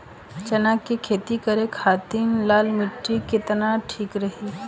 चना के खेती करे के खातिर लाल मिट्टी केतना ठीक रही?